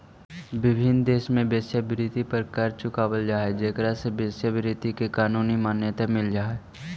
विभिन्न देश में वेश्यावृत्ति पर कर चुकावल जा हई जेकरा से वेश्यावृत्ति के कानूनी मान्यता मिल जा हई